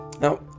Now